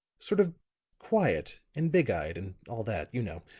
sort of quiet and big-eyed and all that, you know.